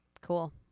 cool